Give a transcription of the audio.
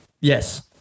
Yes